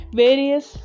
various